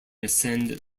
ascend